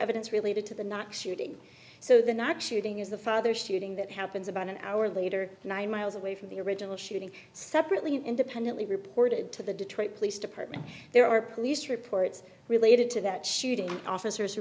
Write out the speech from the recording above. evidence related to the not shooting so the not shooting is the father shooting that happens about an hour later nine miles away from the original shooting separately and independently reported to the detroit police department there are police reports related to that shooting officers who